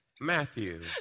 Matthew